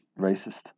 racist